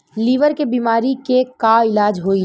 Liver के बीमारी के का इलाज होई?